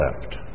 left